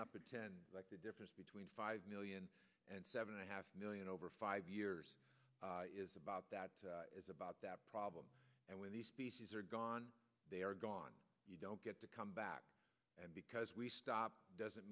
not pretend like the difference between five million and seven and a half million over five years is about that it's about that problem and when these species are gone they are gone you don't get to come back and because we stopped doesn't